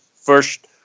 first